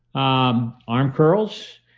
um arm curls.